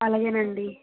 అలాగే అండీ